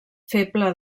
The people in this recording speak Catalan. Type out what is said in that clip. feble